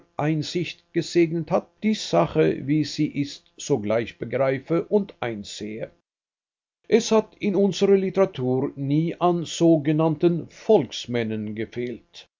einsicht gesegnet hat die sache wie sie ist sogleich begreife und einsehe es hat in unserer literatur nie an sogenannten volksmännern gefehlt